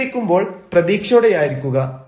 വിശദീകരിക്കുമ്പോൾ പ്രതീക്ഷയോടെയായിരിക്കുക